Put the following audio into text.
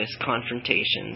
confrontations